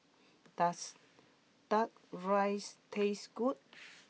does Duck Rice taste good